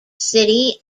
city